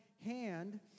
hand